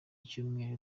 cyumweru